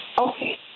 Okay